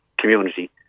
community